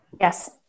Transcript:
Yes